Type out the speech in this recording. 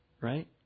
Right